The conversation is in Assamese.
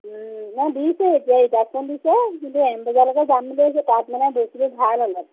নাই দিছে এতিয়া ৰিডাকশ্যন দিছে কিন্তু এম বজাৰলৈকে যাম বুলি ভাবিছো তাত মানে বস্তুবোৰ ভাল অলপ